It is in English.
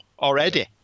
already